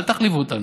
אל תחליפו אותנו.